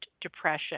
depression